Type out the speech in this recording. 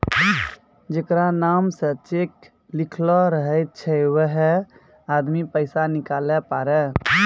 जेकरा नाम से चेक लिखलो रहै छै वैहै आदमी पैसा निकालै पारै